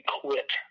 quit